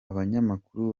abanyamakuru